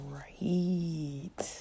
right